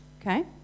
Okay